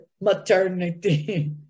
maternity